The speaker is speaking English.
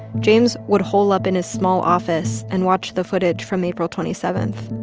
james would hole up in his small office and watch the footage from april twenty seven.